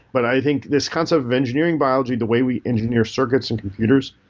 but i think this concept of engineering biology, the way we engineer circuits and computers,